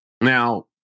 Now